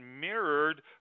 mirrored